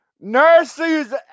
Nurses